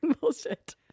bullshit